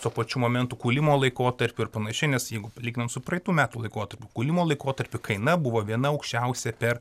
tuo pačiu momentu kūlimo laikotarpiu ir panašiai nes jeigu lyginant su praeitų metų laikotarpiu kūlimo laikotarpiu kaina buvo viena aukščiausia per